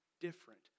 different